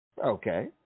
Okay